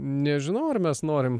nežinau ar mes norim